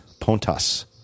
Pontas